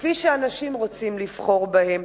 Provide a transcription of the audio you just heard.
כפי שאנשים רוצים לבחור בהן.